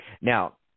now